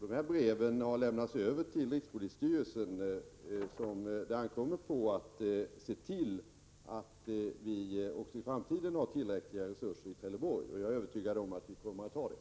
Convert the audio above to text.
De här breven har lämnats över till rikspolisstyrelsen, på vilken det ankommer att se till att vi också i framtiden har tillräckliga resurser härvidlag i Trelleborg, och jag är övertygad om att vi kommer att ha det.